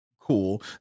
cool